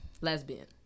lesbian